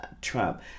Trump